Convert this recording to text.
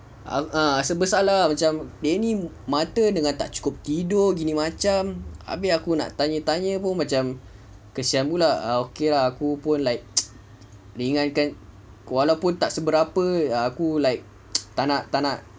ah rasa bersalah macam dia ni mata dengan tak cukup tidur gini macam abeh aku nak tanya tanya pun macam kesian pula ha okay lah aku pun like ringankan walaupun tak seberapa aku like tak nak tak nak